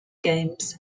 games